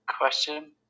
question